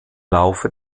laufe